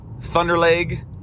Thunderleg